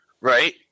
Right